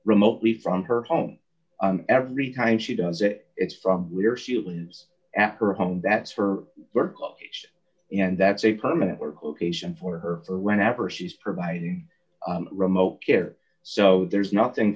remotely from her home every time she does it it's from we're she was at her home that's for work and that's a permanent work location for her for whenever she's providing remote care so there's nothing